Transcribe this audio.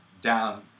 down